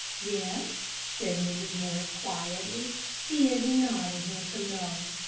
yes, said mrs. morris, quietly he is not a handsome dog.